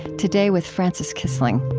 today with frances kissling